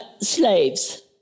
slaves